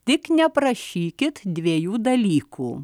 tik neprašykit dviejų dalykų